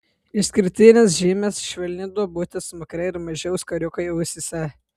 išskirtinės žymės švelni duobutė smakre ir maži auskariukai ausyse